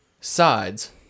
sides